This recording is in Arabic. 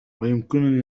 أيمكنني